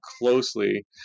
closely